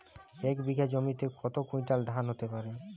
এক বিঘা জমিতে কত কুইন্টাল ধান হতে পারে?